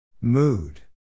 Mood